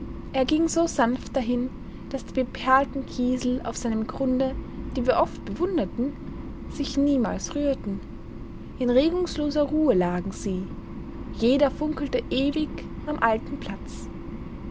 er ging so sanft dahin daß die beperlten kiesel auf seinem grunde die wir oft bewunderten sich niemals rührten in regungsloser ruhe lagen sie jeder funkelte ewig am alten platz